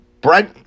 Brent